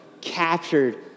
captured